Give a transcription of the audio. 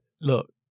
Look